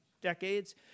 decades